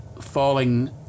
falling